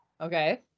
Okay